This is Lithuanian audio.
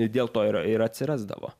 dėl to ir ir atsirasdavo